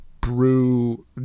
brew